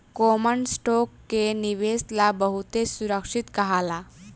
common stock के निवेश ला बहुते सुरक्षित कहाला